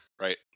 Right